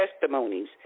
testimonies